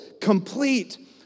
complete